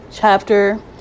chapter